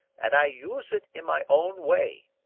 and i use it in my own way.